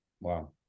Wow